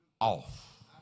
off